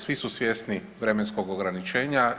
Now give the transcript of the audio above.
Svi su svjesni vremenskog ograničenja.